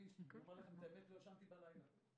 אומר לכם את האמת, לא יכולתי להירדם